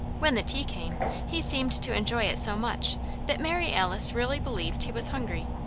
when the tea came, he seemed to enjoy it so much that mary alice really believed he was hungry.